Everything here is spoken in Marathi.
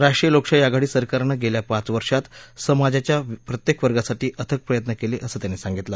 राष्ट्रीय लोकशाही आघाडी सरकारनं गेल्या पाच वर्षात समाजाच्या प्रत्येक वर्गासाठी अथक प्रयत्न केले असं त्यांनी सांगितलं